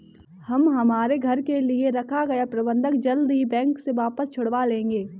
हम हमारे घर के लिए रखा गया बंधक जल्द ही बैंक से वापस छुड़वा लेंगे